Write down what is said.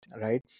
right